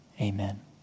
Amen